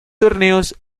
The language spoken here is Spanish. torneos